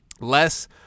less